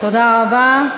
תודה רבה.